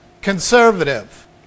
conservative